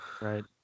Right